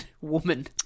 woman